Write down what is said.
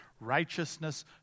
righteousness